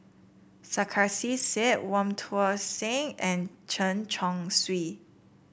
Sarkasi Said Wong Tuang Seng and Chen Chong Swee